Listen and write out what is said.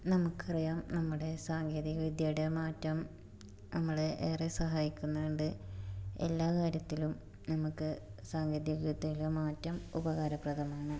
നമുക്കറിയാം നമ്മുടെ സാങ്കേതികവിദ്യയുടെ മാറ്റം നമ്മളെ ഏറെ സഹായിക്കുന്നുണ്ട് എല്ലാ കാര്യത്തിലും നമുക്ക് സാങ്കേതികവിദ്യയിലെ മാറ്റം ഉപകാരപ്രദമാണ്